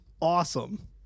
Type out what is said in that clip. awesome